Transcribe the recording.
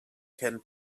can